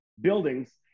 buildings